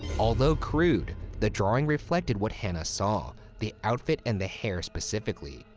although crude, the drawing reflected what hannah saw, the outfit and the hair specifically.